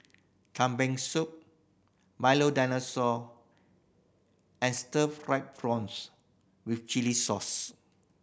Kambing Soup Milo Dinosaur and stir fried prawns with chili sauce